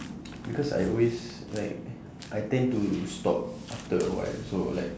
because I always like I tend to stop after awhile so like